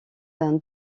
d’un